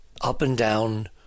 up-and-down